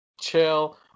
Chill